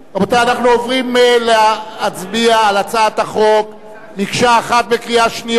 אנחנו עוברים להצביע על הצעת החוק מקשה אחת בקריאה שנייה.